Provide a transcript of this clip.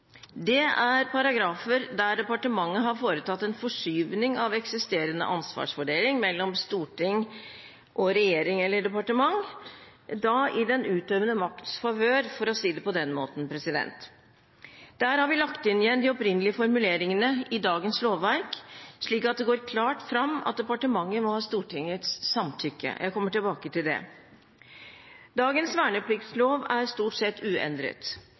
Det er paragrafer der departementet har foretatt en forskyvning av eksisterende ansvarsfordeling mellom storting og regjering eller departement, da i den utøvende makts favør, for å si det på den måten. Der har vi lagt inn igjen de opprinnelige formuleringene i dagens lovverk, slik at det går klart fram at departementet må ha Stortingets samtykke. Jeg kommer tilbake til det. Dagens vernepliktslov er stort sett uendret.